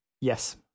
Yes